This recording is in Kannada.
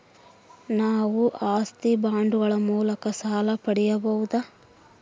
ನಾವು ಆಸ್ತಿ ಬಾಂಡುಗಳ ಮೂಲಕ ಸಾಲ ಪಡೆಯಬಹುದಾ?